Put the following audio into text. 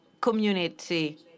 community